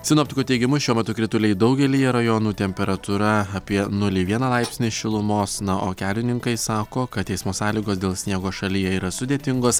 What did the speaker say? sinoptikų teigimu šiuo metu krituliai daugelyje rajonų temperatūra apie nulį vieną laipsnį šilumos na o kelininkai sako kad eismo sąlygos dėl sniego šalyje yra sudėtingos